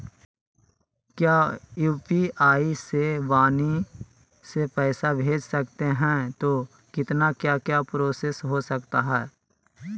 क्या यू.पी.आई से वाणी से पैसा भेज सकते हैं तो कितना क्या क्या प्रोसेस हो सकता है?